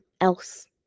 else